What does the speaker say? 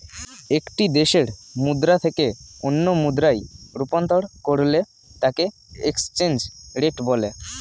একটি দেশের মুদ্রা থেকে অন্য মুদ্রায় রূপান্তর করলে তাকেএক্সচেঞ্জ রেট বলে